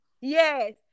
Yes